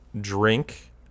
drink